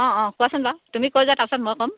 অঁ অঁ কোৱাচোন বাৰু তুমি কৈ যোৱা তাৰ পিছত মই কম